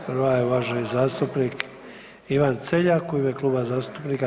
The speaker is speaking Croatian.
Prva je uvaženi zastupnik Ivan Celjak u ime Kluba zastupnika